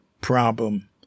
problem